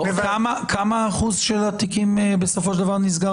איזה אחוז של התיקים נסגר